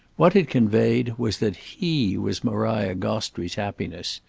what it conveyed was that he was maria gostrey's happiness,